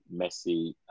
Messi